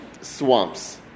swamps